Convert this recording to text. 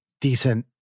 decent